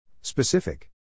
Specific